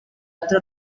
altre